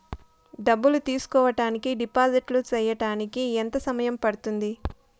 డబ్బులు తీసుకోడానికి డిపాజిట్లు సేయడానికి ఎంత సమయం పడ్తుంది